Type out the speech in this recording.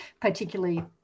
particularly